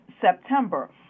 September